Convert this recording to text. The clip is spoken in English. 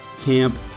camp